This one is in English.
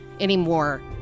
anymore